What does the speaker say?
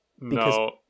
No